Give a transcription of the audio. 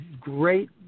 great